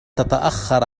تتأخر